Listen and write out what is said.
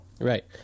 right